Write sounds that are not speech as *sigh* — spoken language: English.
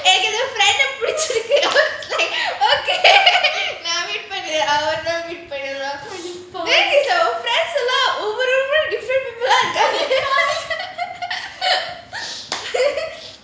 friend okay *laughs* நான்:naan then he's like friend over and over different people ah இருக்காங்க:irukaanga